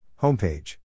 Homepage